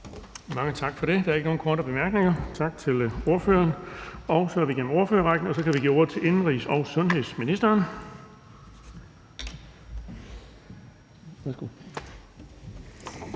Mange tak for det. Der er ikke nogen korte bemærkninger. Tak til ordføreren. Så er vi igennem ordførerrækken, og så kan vi give ordet til indenrigs- og sundhedsministeren. Kl.